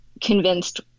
convinced